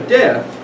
death